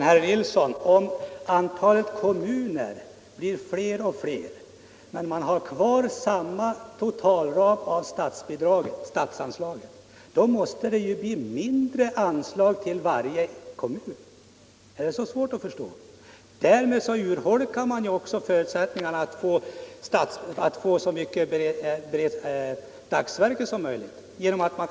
Herr talman! Om antalet kommuner blir fler och fler, herr Nilsson i Östersund, men man har kvar samma totalram för statsanslaget, måste det ju bli mindre anslag till varje kommun. Är det så svårt att förstå? Därmed urholkar man ju också förutsättningarna att få så mycket dagsverken per kommun som tidigare.